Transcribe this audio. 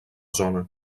zona